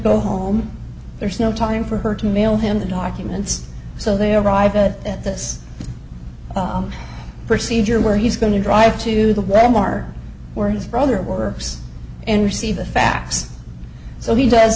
go home there's no time for her to mail him the documents so they arrive at this procedure where he's going to drive to the well are where his brother works and receive a fax so he does